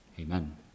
Amen